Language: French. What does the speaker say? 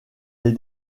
les